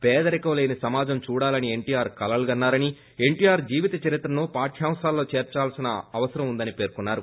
పేదరికం లేని సమాజం చూడాలని పన్షీఆర్ కలలు కన్నారని ఎన్షీఆర్ జీవిత చరిత్రను పాఠ్యాంశాల్లో చేర్పాల్సిన అవసరం ఉందని పేర్కోన్నారు